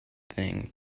thing